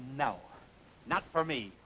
no not for me